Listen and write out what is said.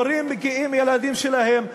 הורים בקיאים בילדים שלהם,